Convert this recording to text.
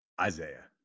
Isaiah